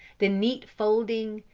the neat folding,